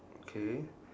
okay